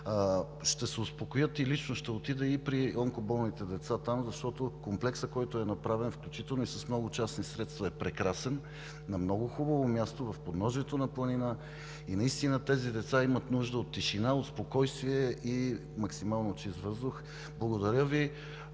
Ще се успокоят и лично ще отида и при онкоболните деца там, защото комплексът, който е направен включително и с много частни средства, е прекрасен – на много хубаво място, в подножието на планина. Наистина тези деца имат нужда от тишина, от спокойствие и максимално чист въздух. Благодаря Ви.